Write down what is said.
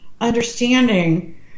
understanding